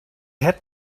had